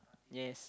yes